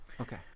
Okay